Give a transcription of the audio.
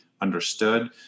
understood